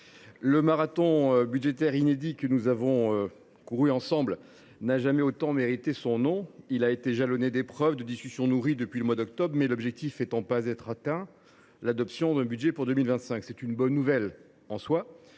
le marathon budgétaire inédit que nous avons couru ensemble n’a jamais autant mérité son nom. Il a été jalonné d’épreuves, de discussions nourries depuis le mois d’octobre dernier, mais l’objectif est en passe d’être atteint : l’adoption d’un budget pour 2025. C’est, en soi, une bonne nouvelle, qui